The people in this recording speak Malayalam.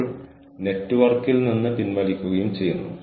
സാങ്കേതിക പശ്ചാത്തലം ആരെങ്കിലും ചെയ്യണം